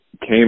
came